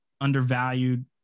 undervalued